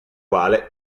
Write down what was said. quale